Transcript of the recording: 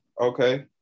okay